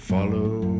Follow